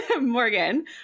Morgan